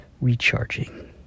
recharging